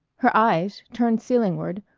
her eyes, turned ceiling-ward,